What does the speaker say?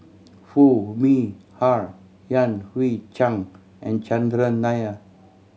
Foo Mee Har Yan Hui Chang and Chandran Nair